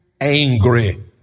angry